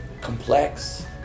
complex